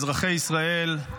אזרחי ישראל,